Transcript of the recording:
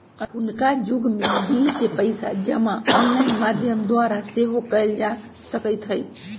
अखुन्का जुग में बिल के पइसा जमा ऑनलाइन माध्यम द्वारा सेहो कयल जा सकइत हइ